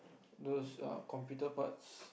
those err computer parts